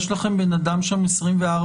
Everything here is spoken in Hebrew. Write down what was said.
יש לכם בן אדם שם 24/7?